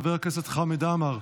חבר הכנסת חמד עמאר,